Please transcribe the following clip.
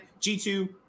G2